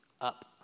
up